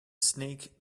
snake